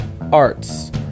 Arts